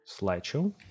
slideshow